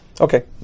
Okay